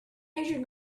asian